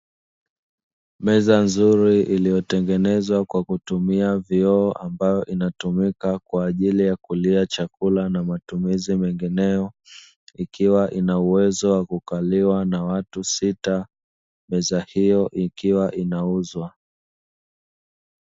Meza nzuri iliyotengenezwa kwa kutumia vioo, ambayo unatumika kwa kulia chakula na matumizi mengineyo, ikiwa inauwezo wa kukaliwa na watu sita meza hio ikiwa inauzwa.